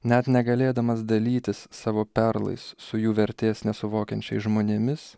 net negalėdamas dalytis savo perlais su jų vertės nesuvokiančiais žmonėmis